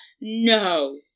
No